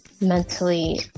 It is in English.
mentally